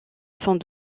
sans